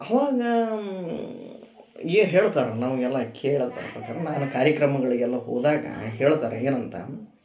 ಅವಾಗ ಏನು ಹೇಳ್ತಾರ ನಮ್ಗೆ ಎಲ್ಲ ಕೇಳೊ ಥರ ಪ್ರಕಾರ ನಾನು ಕಾರ್ಯಕ್ರಮಗಳಿಗೆಲ್ಲ ಹೋದಾಗ ಹೇಳ್ತಾರೆ ಏನಂತ